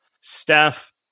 Steph